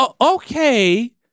okay